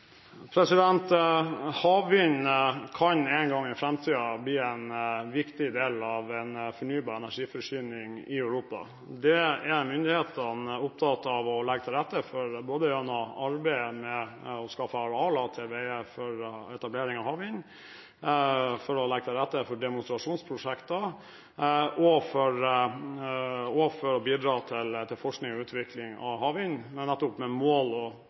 Havvind kan en gang i framtiden bli en viktig del av en fornybar energiforsyning i Europa. Det er myndighetene opptatt av å legge til rette for gjennom arbeidet med å skaffe arealer til veie for etableringen av havvind, legge til rette for demonstrasjonsprosjekter og bidra til forskning og utvikling av havvind, med mål om nettopp